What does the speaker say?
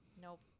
Nope